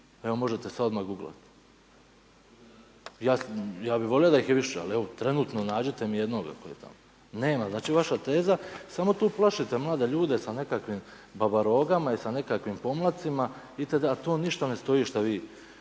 Evo možete sada odmah guglati. Ja bih volio da ih je više ali evo trenutno nađite mi jednoga koji je tamo. Nema. Znači vaša teza, samo tu plašite mlade ljude sa nekakvim babarogama i sa nekakvim pomladcima itd., ali to ništa ne stoji što vi